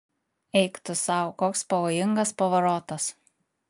eik tu sau koks pavojingas pavarotas